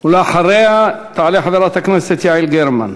ואחריה תעלה חברת הכנסת יעל גרמן.